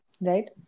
Right